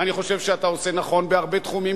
ואני חושב שאתה עושה נכון בהרבה תחומים